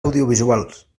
audiovisuals